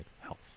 health